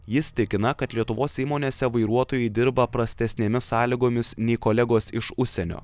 jis tikina kad lietuvos įmonėse vairuotojai dirba prastesnėmis sąlygomis nei kolegos iš užsienio